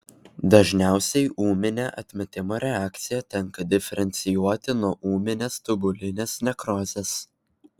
dažniausiai ūminę atmetimo reakciją tenka diferencijuoti nuo ūminės tubulinės nekrozės